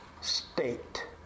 state